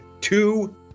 two